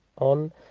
on